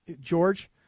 George